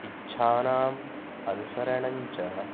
इच्छानाम् अनुसरणञ्च